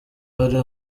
hari